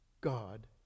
God